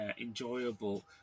enjoyable